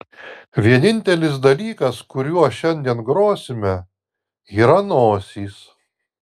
vienintelis dalykas kuriuo šiandien grosime yra nosys